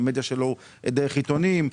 אלא דרך עיתונים,